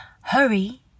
Hurry